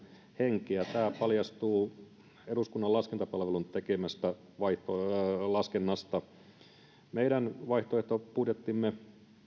henkeä tämä paljastuu eduskunnan laskentapalvelun tekemästä laskelmasta meidän vaihtoehtobudjettimme